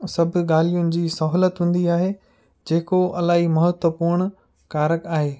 सभु ॻाल्हियुनि जी सहूलियत हूंदी आहे जेको अलाई महत्वपूर्ण कारक आहे